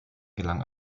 gelang